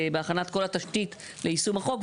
בהכנת כל התשתית ליישום החוק,